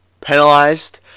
penalized